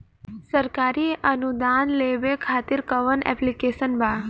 सरकारी अनुदान लेबे खातिर कवन ऐप्लिकेशन बा?